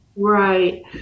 Right